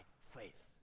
faith